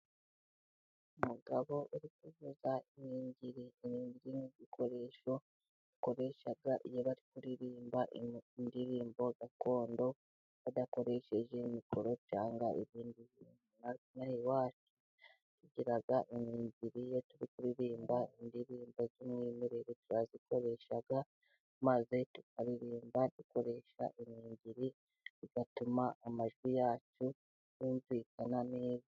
umugabo uri kuvuza iningiri. Iningiri ni igikoresho bakoresha iyo bari kuririmba indirimbo gakondo, badakoresheje mikoro cyangwa ibindi bintu. Na twe ino aha iwacu tugira iningiri, iyo turi kuririmba indirimbo z'umwimerere turazikoresha maze tukaririmba dukoresha iningiri, bigatuma amajwi yacu yumvikana neza.